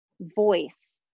voice